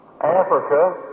africa